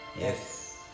Yes